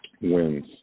wins